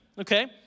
okay